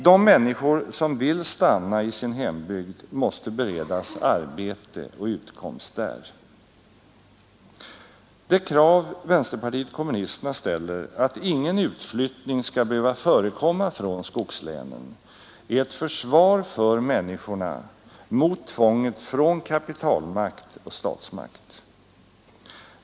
De människor som vill stanna i sin hembygd måste beredas arbete och utkomst där. Det krav vänsterpartiet kommunisterna ställer — att ingen utflyttning skall behöva förekomma från skogslänen — är ett försvar för människorna mot tvånget från kapitalmakt och statsmakt.